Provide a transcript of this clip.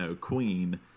queen